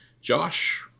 Josh